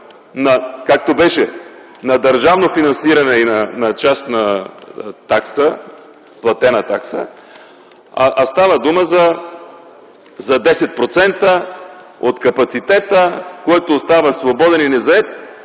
както беше, на държавно финансиране и на частна такса, платена такса, а става дума за 10% от капацитета, който остава свободен и незает.